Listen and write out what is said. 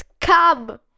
come